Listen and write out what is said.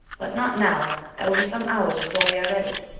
but not now. it will be some hours before we are ready.